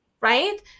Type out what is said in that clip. right